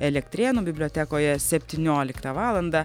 elektrėnų bibliotekoje septynioliktą valandą